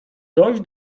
dojść